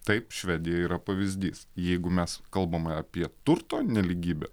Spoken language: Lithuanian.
taip švedija yra pavyzdys jeigu mes kalbame apie turto nelygybę